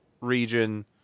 region